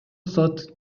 сот